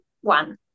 one